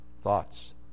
Thoughts